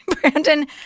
Brandon